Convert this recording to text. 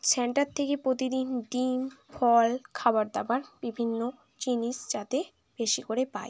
centre থেকে প্রতিদিন ডিম ফল খাবার দাবার বিভিন্ন জিনিস যাতে বেশি করে পায়